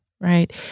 right